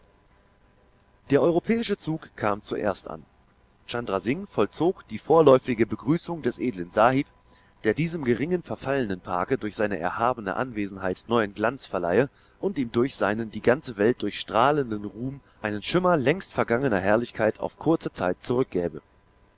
der europäische zug kam zuerst an chandra singh vollzog die vorläufige begrüßung des edlen sahib der diesem geringen verfallenen parke durch seine erhabene anwesenheit neuen glanz verleihe und ihm durch seinen die ganze welt durchstrahlenden ruhm einen schimmer längst vergangener herrlichkeit auf kurze zeit zurückgäbe